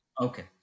Okay